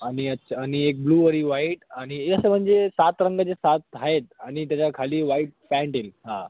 आणि अच्छा आणि एक ब्लूवरी वाईट आणि ए असं म्हणजे सात रंग जे सात आहेत आणि त्याच्याखाली वाईट पँट येईल हां